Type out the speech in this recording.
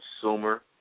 consumer